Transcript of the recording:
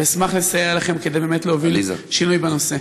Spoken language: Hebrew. אשמח לסייע לכם כדי באמת להוביל שינוי בנושא.